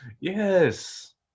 Yes